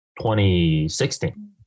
2016